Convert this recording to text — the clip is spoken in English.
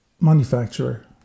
manufacturer